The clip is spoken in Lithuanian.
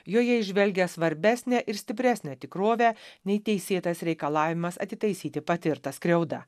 joje įžvelgia svarbesnę ir stipresnę tikrovę nei teisėtas reikalavimas atitaisyti patirtą skriaudą